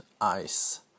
ice